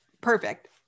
perfect